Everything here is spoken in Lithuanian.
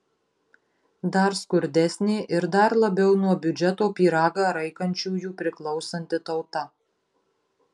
dar skurdesnė ir dar labiau nuo biudžeto pyragą raikančiųjų priklausanti tauta